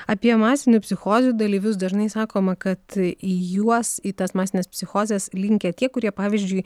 apie masinių psichozių dalyvius dažnai sakoma kad į juos į tas masines psichozes linkę tie kurie pavyzdžiui